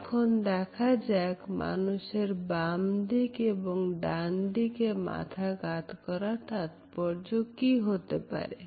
এখন দেখা যাক মানুষের বাম দিক এবং ডান দিকে মাথা কাত করার তাৎপর্য কী হতে পারে